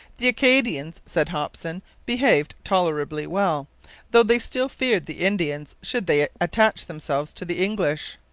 the acadians, said hopson, behaved tolerably well though they still feared the indians should they attach themselves to the english.